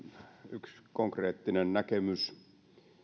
yksi konkreettinen näkemys